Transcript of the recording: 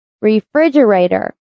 Refrigerator